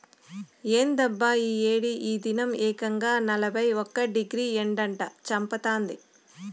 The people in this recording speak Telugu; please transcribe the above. ఏందబ్బా ఈ ఏడి ఈ దినం ఏకంగా నలభై ఒక్క డిగ్రీ ఎండట చంపతాంది